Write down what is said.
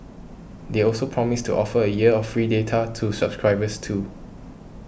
they also promised to offer a year of free data to subscribers too